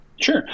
Sure